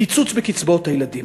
קיצוץ בקצבאות הילדים,